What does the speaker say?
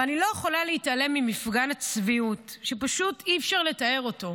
ואני לא יכולה להתעלם ממפגן הצביעות שפשוט אי-אפשר לתאר אותו.